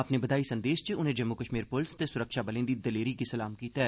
अपने बधाई संदेस च उन्ने जम्मू कश्मीर पुलस ते सुरक्षाबलें दी दलेरी गी सलाम कीता ऐ